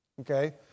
okay